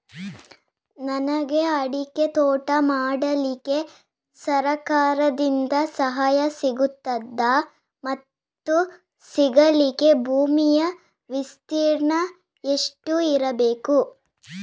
ನನಗೆ ಅಡಿಕೆ ತೋಟ ಮಾಡಲಿಕ್ಕೆ ಸರಕಾರದಿಂದ ಸಹಾಯ ಸಿಗುತ್ತದಾ ಮತ್ತು ಸಿಗಲಿಕ್ಕೆ ಭೂಮಿಯ ವಿಸ್ತೀರ್ಣ ಎಷ್ಟು ಇರಬೇಕು?